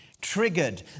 triggered